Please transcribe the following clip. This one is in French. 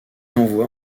envoie